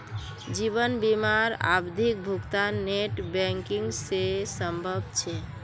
जीवन बीमार आवधिक भुग्तान नेट बैंकिंग से संभव छे?